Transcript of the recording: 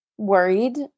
worried